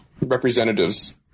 representatives